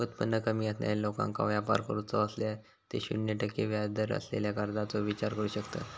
उत्पन्न कमी असणाऱ्या लोकांका व्यापार करूचो असल्यास ते शून्य टक्के व्याजदर असलेल्या कर्जाचो विचार करू शकतत